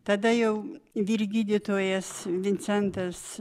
tada jau vyr gydytojas vincentas